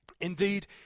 Indeed